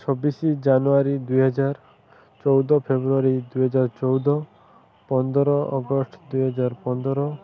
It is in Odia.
ଛବିଶି ଜାନୁଆରୀ ଦୁଇହଜାର ଚଉଦ ଫେବୃଆରୀ ଦୁଇହଜାର ଚଉଦ ପନ୍ଦର ଅଗଷ୍ଟ ଦୁଇହଜାର ପନ୍ଦର